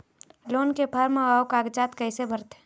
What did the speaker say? Loan के form अऊ कागजात कइसे भरथें?